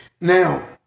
Now